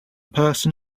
person